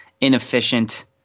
inefficient